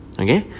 okay